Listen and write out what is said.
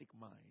mind